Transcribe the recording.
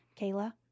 Kayla